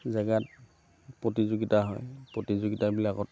জেগাত প্ৰতিযোগিতা হয় প্ৰতিযোগিতাবিলাকত